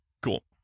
Cool